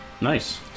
nice